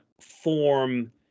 form